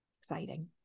exciting